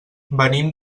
venim